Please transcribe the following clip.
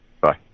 Bye